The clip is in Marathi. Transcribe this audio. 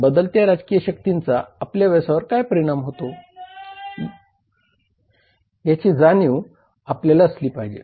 बदलत्या राजकीय शक्तींचा आपल्या व्यवसायावर काय परिणाम होतो याची जाणीव आपल्याला असली पाहिजे